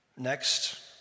Next